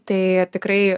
tai tikrai